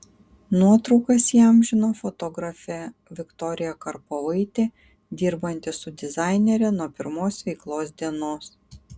nuotraukas įamžino fotografė viktorija karpovaitė dirbanti su dizainere nuo pirmos veiklos dienos